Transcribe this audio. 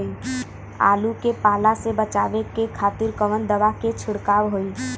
आलू के पाला से बचावे के खातिर कवन दवा के छिड़काव होई?